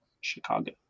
Chicago